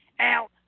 out